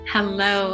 Hello